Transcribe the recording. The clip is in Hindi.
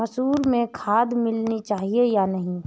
मसूर में खाद मिलनी चाहिए या नहीं?